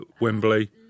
Wembley